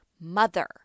mother